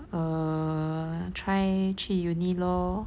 err try 去 university lor